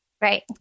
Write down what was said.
Right